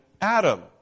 Adam